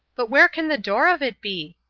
but where can the door of it be?